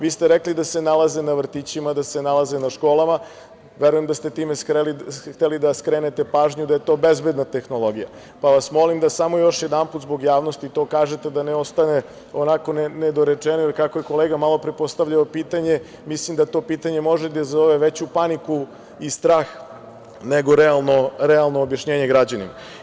Vi ste rekli da se nalaze na vrtićima, da se nalaze na školama, verujem da ste time hteli da skrenete pažnju da je to bezbedna tehnologija, pa vas molim da samo još jedanput, zbog javnosti, to kažete, da ne ostane onako nedorečeno, ili kako je kolega malopre postavljao pitanje, mislim da to pitanje može da izazove veću paniku i strah nego realno objašnjenje građanima.